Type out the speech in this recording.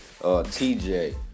TJ